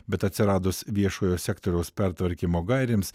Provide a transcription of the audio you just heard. bet atsiradus viešojo sektoriaus pertvarkymo gairėms